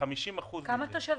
50% מהם --- כמה תושבים?